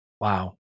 Wow